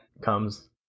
comes